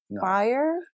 fire